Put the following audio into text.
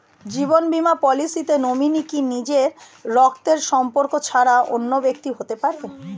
জীবন বীমা পলিসিতে নমিনি কি নিজের রক্তের সম্পর্ক ছাড়া অন্য ব্যক্তি হতে পারে?